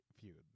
feud